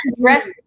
dress